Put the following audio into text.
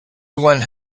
glen